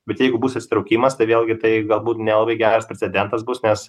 bet jeigu bus atsitraukimas tai vėlgi tai galbūt nelabai geras precedentas bus nes